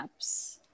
apps